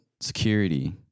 security